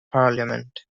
parliament